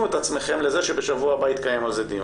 את עצמכם לזה שבשבוע הבא יתקיים על זה דיון.